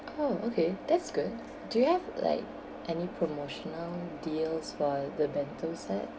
oh okay that's good do you have like any promotional deals for the bento set